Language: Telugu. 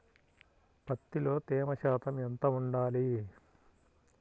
పత్తిలో తేమ శాతం ఎంత ఉండాలి?